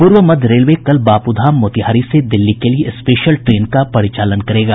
पूर्व मध्य रेलवे कल बापूधाम मोतिहारी से दिल्ली के लिये स्पेशल ट्रेन का परिचालन करेगा